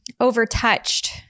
overtouched